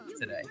today